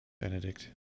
Benedict